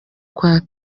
kwa